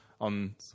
On